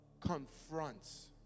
confronts